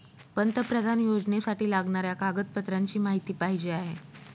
पंतप्रधान योजनेसाठी लागणाऱ्या कागदपत्रांची माहिती पाहिजे आहे